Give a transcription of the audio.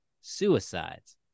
suicides